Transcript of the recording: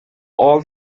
all